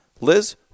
Liz